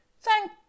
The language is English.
thank